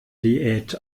diät